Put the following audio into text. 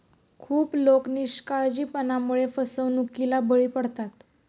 खूप लोक निष्काळजीपणामुळे फसवणुकीला बळी पडतात